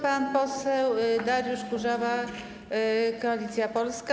Pan poseł Dariusz Kurzawa, Koalicja Polska.